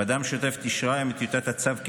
הוועדה המשותפת אישרה היום את טיוטת הצו כלשונו,